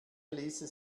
ließe